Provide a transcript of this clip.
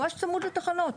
ממש צמוד לתחנות.